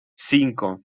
cinco